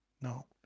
no